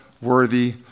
worthy